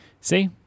See